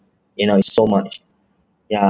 you know it's so much ya